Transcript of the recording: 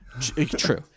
true